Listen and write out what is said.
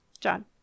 john